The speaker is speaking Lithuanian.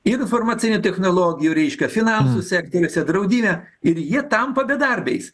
informacinių technologijų reiškia finansų sektoriuose draudime ir jie tampa bedarbiais